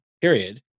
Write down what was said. period